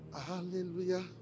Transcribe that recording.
Hallelujah